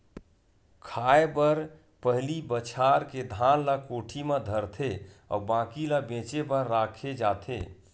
खाए बर पहिली बछार के धान ल कोठी म धरथे अउ बाकी ल बेचे बर राखे जाथे